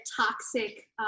toxic